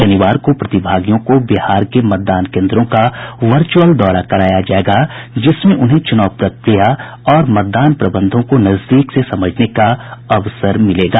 शनिवार को प्रतिभागियों को बिहार के मतदान केन्द्रों का वर्च्यअल दौरा कराया जायेगा जिसमें उन्हें च्रनाव प्रक्रिया और मतदान प्रबंधों को नजदीक से समझने का अवसर मिलेगा